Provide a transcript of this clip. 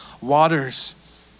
waters